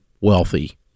wealthy